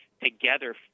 together